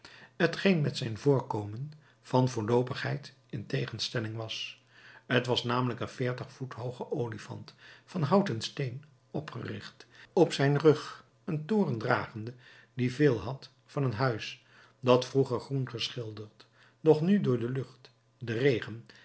t geen met zijn voorkomen van voorloopigheid in tegenstelling was t was namelijk een veertig voet hooge olifant van hout en steen opgericht op zijn rug een toren dragende die veel had van een huis dat vroeger groen geschilderd doch nu door de lucht den regen